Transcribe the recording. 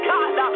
God